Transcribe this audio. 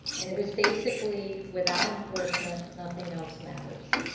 and it was basically, without enforcement, nothing else matters.